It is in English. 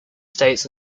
states